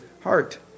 heart